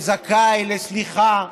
וזכאי לסליחה,